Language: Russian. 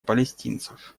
палестинцев